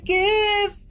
give